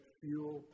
fuel